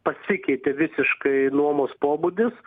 pasikeitė visiškai nuomos pobūdis